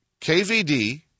KVD